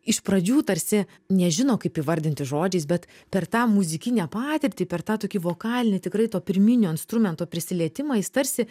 iš pradžių tarsi nežino kaip įvardinti žodžiais bet per tą muzikinę patirtį per tą tokį vokalinį tikrai to pirminio instrumento prisilietimą jis tarsi